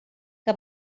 que